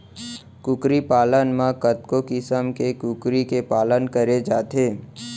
कुकरी पालन म कतको किसम के कुकरी के पालन करे जाथे